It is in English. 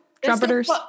Trumpeters